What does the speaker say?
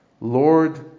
lord